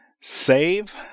save